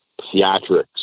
theatrics